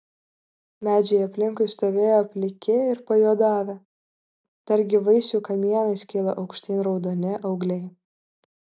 medžiai aplinkui stovėjo pliki ir pajuodavę dar gyvais jų kamienais kilo aukštyn raudoni augliai